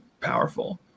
powerful